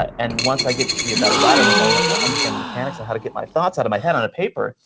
and once i get to be a better writer, once i understand the mechanics of how to get my thoughts out of my head onto paper,